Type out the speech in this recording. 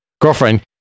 girlfriend